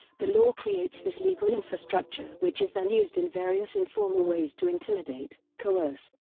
the law creates this legal infrastructure which is then used in various informal ways to intimidate, coerce,